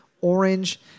orange